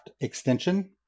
extension